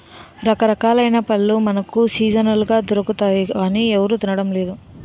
రకరకాలైన పళ్ళు మనకు సీజనల్ గా దొరుకుతాయి గానీ ఎవరూ తినడం లేదు